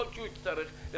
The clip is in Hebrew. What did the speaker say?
יכול להיות שהוא יצטרך למנות